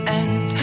end